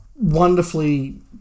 wonderfully